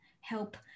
help